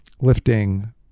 lifting